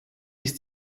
ist